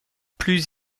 plus